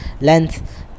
length